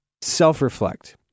self-reflect